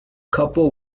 couple